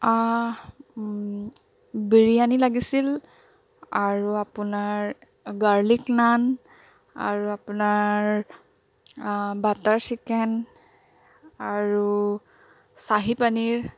বিৰিয়ানী লাগিছিল আৰু আপোনাৰ গাৰ্লিক নান আৰু আপোনাৰ বাটাৰ চিকেন আৰু চাহী পনীৰ